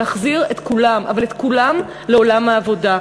להחזיר את כולם, אבל את כולם, לעולם העבודה.